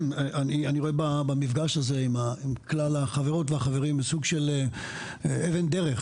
אני רואה במפגש הזה עם כלל החברות והחברים סוג של אבן דרך,